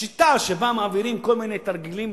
השיטה שבה מעבירים כל מיני תרגילים